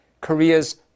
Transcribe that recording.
Korea's